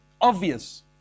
obvious